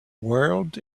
world